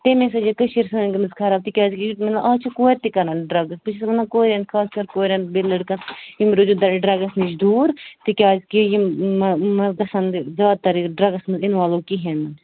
تَمے سۭتۍ چھےٚ کٔشیٖرۍ سٲنۍ گٔمٕژ خراب تِکیٛازکہِ یُس مطلب آز چھِ کورِ تہِ کَران ڈرٛگٕس بہٕ چھَس وَنان کورٮ۪ن خاص کَر کورٮ۪ن بیٚیہِ لٔڑکَن یِم روزِنۍ دۄنوَے ڈرٛگَس نِش دوٗر تِکیٛازکہِ یِم زیادٕ تَر ییٚتہِ ڈرٛگَس منٛز اِنوالٕو کِہیٖنۍ نہٕ